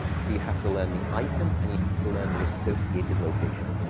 so you have to learn the item, and you have to learn the associated location.